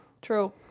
True